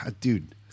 dude